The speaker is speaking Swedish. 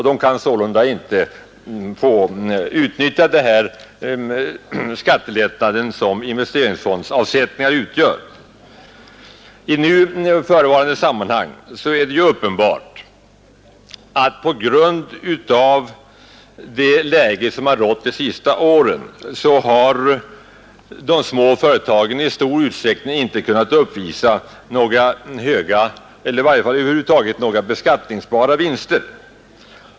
De kan sålunda inte få utnyttja den skattelättnad som investeringsfondsavsättningar utgör. I nu förevarande sam manhang är det ju uppenbart att en stor del av de små företagen på grund av det läge som rått de senaste åren över huvud taget inte kan uppvisa några beskattningsbara vinster.